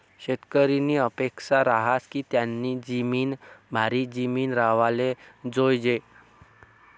शेतकरीनी अपेक्सा रहास की त्यानी जिमीन भारी जिमीन राव्हाले जोयजे